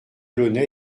launay